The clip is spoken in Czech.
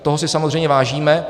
Toho si samozřejmě vážíme.